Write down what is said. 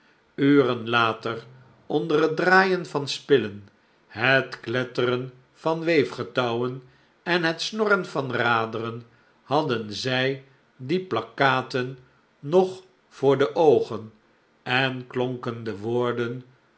later onder het draaien van spillen het kletteren van weefgetouwen en het snorren van raderen hadden zij die plakkaten nog voor de oogen en klonken de woorden